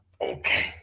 okay